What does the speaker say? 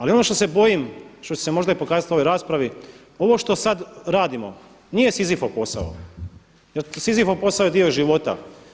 Ali ono što se bojim što će se možda i pokazati u ovoj raspravi, ovo što sad radimo nije Sizifov posao, jer Sizifov posao je dio života.